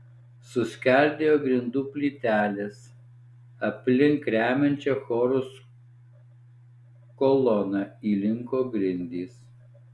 suskeldėjo grindų plytelės aplink remiančią chorus koloną įlinko grindys